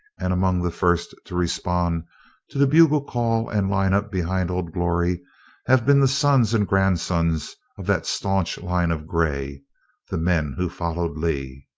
and among the first to respond to the bugle call and line up behind old glory have been the sons and grandsons of that staunch line of gray the men who followed lee.